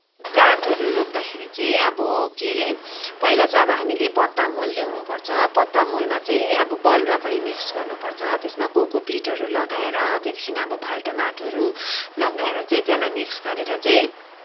प्लान्टहरू रोप्दाखेरि चाहिँ अब के अरे पहिला चाहिँ अब हामीले पत्ता मल ल्याउनुपर्छ पत्ता मलमा चाहिँ अब बलुवा पनि मिक्स गर्नुपर्छ त्यसमा कोकोपिटहरू लगाएर त्यहाँदेखि अब फाल्टु माटोहरू लगाएर चाहिँ त्यसलाई मिक्स गरेर चाहिँ